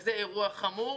כזה אירוע חמור.